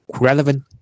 relevant